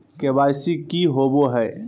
KYC की होबो है?